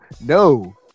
no